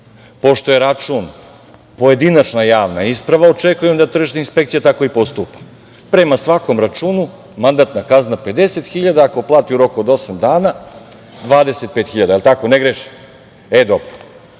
Pošto je račun pojedinačna javna isprava, očekujem da tržišna inspekcija tako i postupa. Prema svakom računu mandatna kazna 50.000 dinara, ako plati u roku od osam dana 25.000 dinara, da li je tako? Ne grešim? Dobro. To